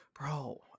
Bro